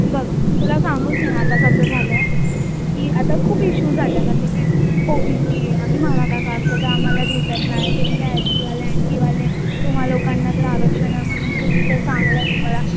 बघ तुला सांगू स्नेहा आता कसं झालं आहे की आता खूप इश्यू झाले आहेत असे की ओ बी सी आहे आम्ही मराठा कास्ट आहे तर आम्हाला भेटत नाही तुम्ही काय एस सीवाले ॲन टीवाले तुम्हा लोकांना तर आरक्षण आहे म्हणून तुम्ही तर चांगलं आहे तुम्हाला